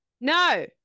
No